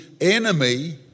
enemy